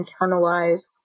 internalized